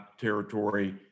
territory